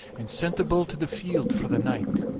and sent the bull to the field for the night.